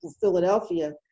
Philadelphia